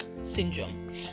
syndrome